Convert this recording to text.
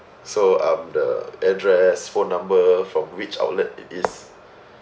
so um the address phone number from which outlet it is